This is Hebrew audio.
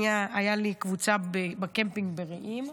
הייתה לי קבוצה בקמפינג ברעים,